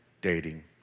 dating